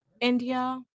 India